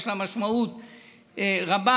יש לה משמעות רבה.